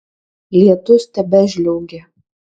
lietus tebežliaugė